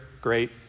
Great